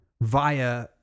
via